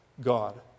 God